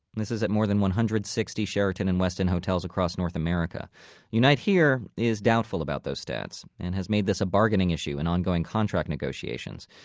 this is at more than one hundred and sixty sheraton and westin hotels across north america unite here! is doubtful about those stats, and has made this a bargaining issue in ongoing contract negotiations.